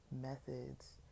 methods